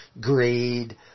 greed